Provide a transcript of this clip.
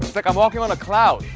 like i'm walking on a cloud.